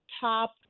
top